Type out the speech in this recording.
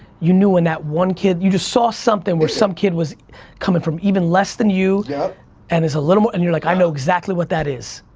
you knew in that one kid, you just saw something where some kid was coming from even less than you yeah and is a little more, and you're like, i know exactly what that is.